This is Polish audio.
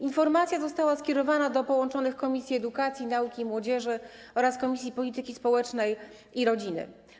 Informacja została skierowana do połączonych Komisji Edukacji, Nauki i Młodzieży oraz Komisji Polityki Społecznej i Rodziny.